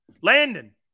Landon